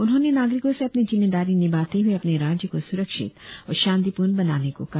उन्होंने नागरिको से अपनी जिम्मेदारी निभाते हुए अपने राज्य को सुरक्षित और शांतिपूर्ण बनाने को कहा